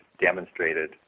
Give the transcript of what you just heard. demonstrated